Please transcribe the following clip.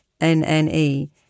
N-N-E